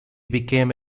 became